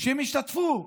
שהם השתתפו בהפגנות,